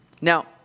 Now